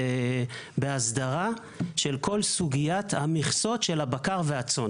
בהסדרה של כל סוגיית המכסות של הבקר והצאן.